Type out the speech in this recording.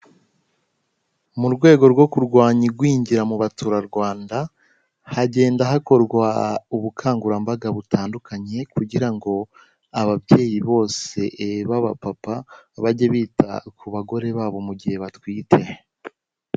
Mu rwego rwo kurwanya igwingira mu baturarwanda, hagenda hakorwa ubukangurambaga butandukanye, kugira ngo ababyeyi bose b'abapapa bajye bita ku bagore babo mu gihe batwite.